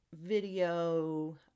video